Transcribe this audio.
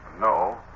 no